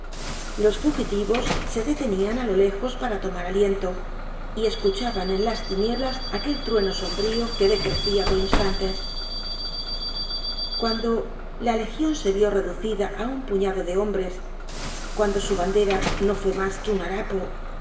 los fugitivos se detenían á lo lejos para tomar aliento y escuchaban en las tinieblas aquel trueno sombrío que decrecia por instantes cuando la legion se vió reducida á un puñado de hombres cuando su bandera no fue mas que un harapo